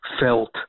felt